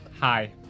Hi